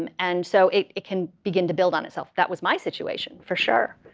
um and so it it can begin to build on itself. that was my situation for sure.